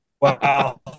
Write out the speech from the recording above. Wow